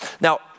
Now